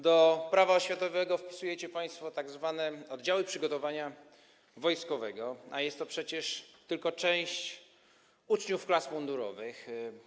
Do ustawy Prawo oświatowe wpisujecie państwo tzw. oddziały przygotowania wojskowego, a jest to przecież tylko część uczniów klas mundurowych.